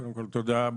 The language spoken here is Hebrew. כן,